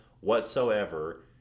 whatsoever